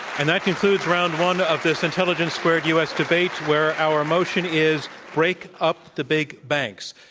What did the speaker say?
and that concludes round one of this intelligence squared u. s. debate where our motion is break up the big banks.